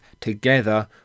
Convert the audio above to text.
together